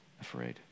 afraid